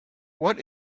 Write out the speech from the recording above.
what